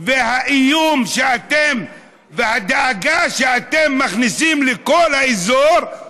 והאיום והדאגה שאתם מכניסים לכל האזור,